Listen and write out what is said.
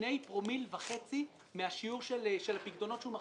שני פרומיל וחצי מהשיעור של הפיקדונות שהוא מחזיק.